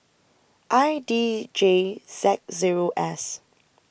I D J Z Zero S